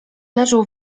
leżą